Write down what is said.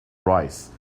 rise